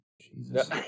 Jesus